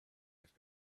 have